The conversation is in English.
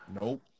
Nope